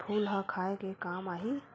फूल ह खाये के काम आही?